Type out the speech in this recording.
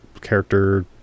character